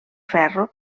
ferro